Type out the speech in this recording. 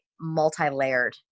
multi-layered